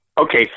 Okay